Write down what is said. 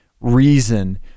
reason